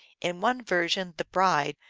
in one version, the bride,